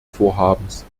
vorhabens